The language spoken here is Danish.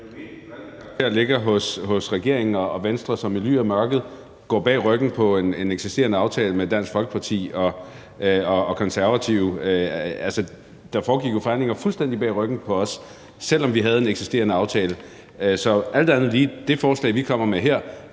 karakter ligger hos regeringen og Venstre, som i ly af mørket går bag ryggen på os i forbindelse med en eksisterende aftale med Dansk Folkeparti og Konservative. Der foregik jo forhandlinger fuldstændig bag ryggen på os, selv om vi havde en eksisterende aftale. Så hr. Rasmus Stoklund må da alt andet